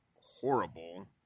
horrible